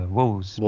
Walls